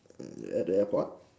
mm at the airport